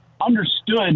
understood